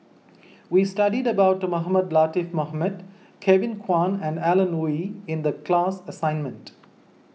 we studied about Mohamed Latiff Mohamed Kevin Kwan and Alan Oei in the class assignment